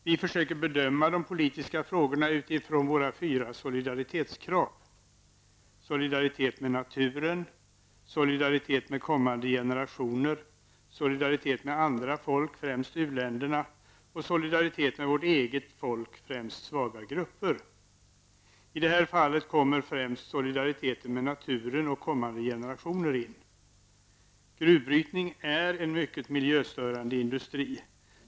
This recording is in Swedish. Vi försöker bedöma de politiska frågorna utifrån våra fyra solidaritetskrav: Solidaritet med naturen, solidaritet med kommande generationer, solidaritet med andra folk -- främst i u-länderna och solidaritet med vårt eget folk -- främst med svaga grupper. I det här fallet kommer främst solidariteten med naturen och med kommande generationer in. Gruvbrytning är en mycket miljöstörande industri.